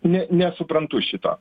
ne nesuprantu šito